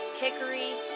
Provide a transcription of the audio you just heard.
Hickory